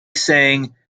sang